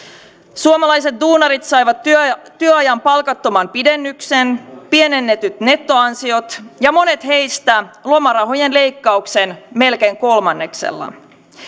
suomalaiset duunarit saivat työajan työajan palkattoman pidennyksen pienennetyt nettoansiot ja monet heistä lomarahojen leikkauksen melkein kolmanneksella